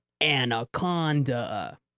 Anaconda